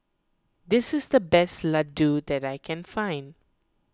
this is the best Ladoo that I can find